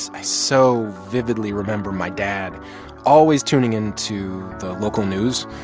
i so vividly remember my dad always tuning in to the local news.